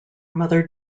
mother